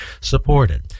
supported